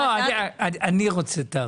לא, אני רוצה תאריך.